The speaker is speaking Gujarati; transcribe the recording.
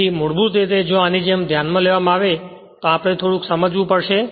તેથી મૂળભૂત રીતે જો આની જેમ ધ્યાનમાં લેવામાં આવે તો આપણે થોડું સમજવું પડશે